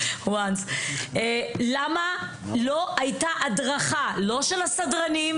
בערוץ 5. למה לא היתה הדרכה לסדרנים?